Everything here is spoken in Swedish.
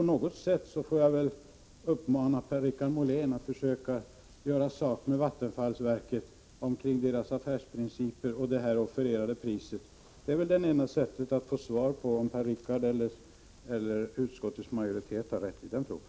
Jag får väl uppmana Per-Richard Molén att försöka göra sak med Vattenfall om dess affärsprinciper och det offererade priset. Det är det enda sättet att få svar på frågan om Per-Richard Molén eller utskottets majoritet har rätt i den frågan.